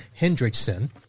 Hendrickson